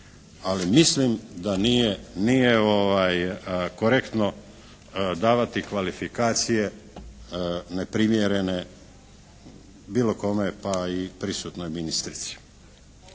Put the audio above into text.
ali mislim da nije korektno davati kvalifikacije neprimjerene bilo kome pa i prisutnoj ministrici.